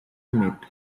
met